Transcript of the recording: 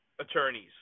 attorneys